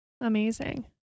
Amazing